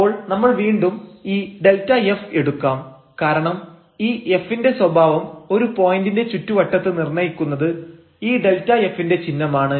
അപ്പോൾ നമ്മൾ വീണ്ടും ഈ Δf എടുക്കാം കാരണം ഈ f ന്റെ സ്വഭാവം ഒരു പോയന്റിന്റെ ചുറ്റുവട്ടത്ത് നിർണയിക്കുന്നത് ഈ Δf ന്റെ ചിഹ്നമാണ്